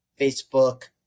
Facebook